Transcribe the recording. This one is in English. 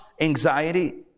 anxiety